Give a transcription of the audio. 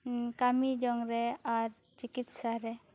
ᱠᱟᱹᱢᱤ ᱡᱚᱝ ᱨᱮ ᱟᱨ ᱪᱤᱠᱤᱛᱥᱟ ᱨᱮ